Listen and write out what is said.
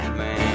man